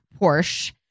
Porsche